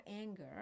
anger